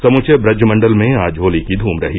समूचे ब्रज मण्डल में आज होली की धूम रही